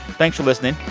thanks for listening.